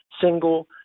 single